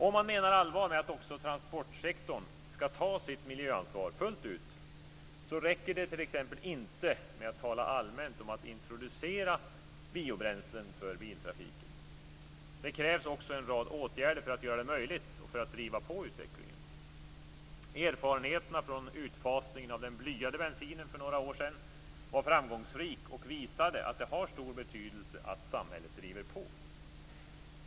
Om man menar allvar med att också transportsektorn skall ta sitt miljöansvar fullt ut räcker det t.ex. inte att tala allmänt om att introducera biobränslen för biltrafiken. Det krävs också en rad åtgärder för att göra detta möjligt och för att driva på utvecklingen. Erfarenheterna visar att utfasningen av den blyade bensinen för några år sedan var framgångsrik och att det har stor betydelse att samhället driver på.